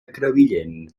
crevillent